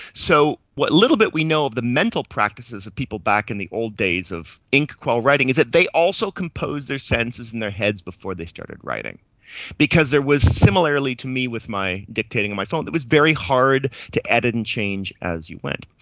so what little bit we know of the mental practices of people back in the old days of ink quill writing is that they also composed their sentences in their heads before they started writing because there was, similarly to me with my dictating on my phone, it was very hard to edit and change as you went.